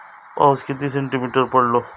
पाऊस किती सेंटीमीटर पडलो?